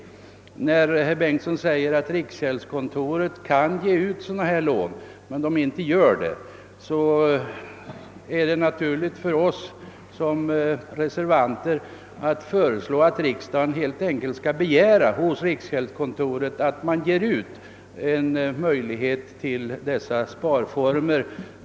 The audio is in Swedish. När herr Bengtsson säger att riksgäldskontoret kan ge ut lån av detta slag men inte gör det, är det naturligt för oss som reservanter att fö reslå att riksdagen helt enkelt skall begära hos riksgäldskontoret att man ger möjlighet till dessa sparformer.